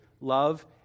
love